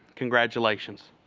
congratulations!